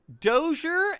dozier